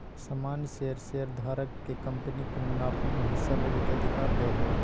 सामान्य शेयर शेयरधारक के कंपनी के मुनाफा में हिस्सा लेबे के अधिकार दे हय